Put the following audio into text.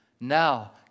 now